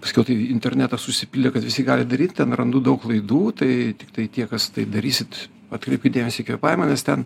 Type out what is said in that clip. paskiau tai internetas užsipildė kad visi gali daryt ten randu daug klaidų tai tiktai tie kas tai darysit atkreipiu dėmesį į kvėpavimą nes ten